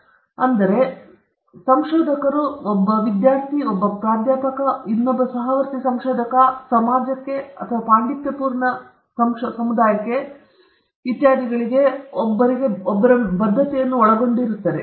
ಇದು ಇತರ ಸಂಶೋಧಕರು ಒಬ್ಬರ ವಿದ್ಯಾರ್ಥಿಗಳು ಒಬ್ಬರ ಪ್ರಾಧ್ಯಾಪಕರು ಒಬ್ಬರ ಸಹವರ್ತಿ ಸಂಶೋಧಕರು ಸಮಾಜಕ್ಕೆ ಪಾಂಡಿತ್ಯಪೂರ್ಣ ಸಮುದಾಯಕ್ಕೆ ಇತ್ಯಾದಿಗಳಿಗೆ ಒಬ್ಬರ ಬದ್ಧತೆಯನ್ನು ಒಳಗೊಂಡಿರುತ್ತದೆ